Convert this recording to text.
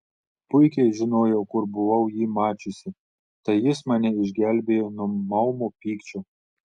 puikiai žinojau kur buvau jį mačiusi tai jis mane išgelbėjo nuo maumo pykčio